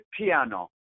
piano